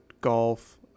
golf